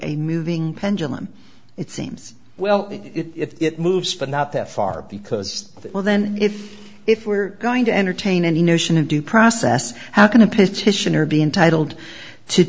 a moving pendulum it seems well if it moves but not that far because well then if if we're going to entertain any notion of due process how can a play station or be entitled to